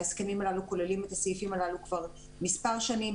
ההסכמים הללו כוללים את הסעיפים הללו כבר מספר שנים,